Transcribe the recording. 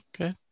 Okay